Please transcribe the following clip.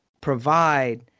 provide